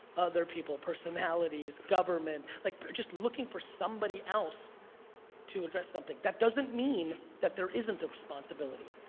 other people, personalities, government, like just looking for somebody else to address something. that doesn't mean that there isn't a responsibility,